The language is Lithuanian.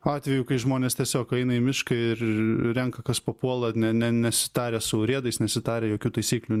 atvejų kai žmonės tiesiog eina į mišką ir renka kas papuola ne ne nesitarę su urėdais nesitarę jokių taisyklių